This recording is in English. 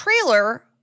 trailer